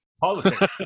politics